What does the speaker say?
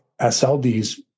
SLDs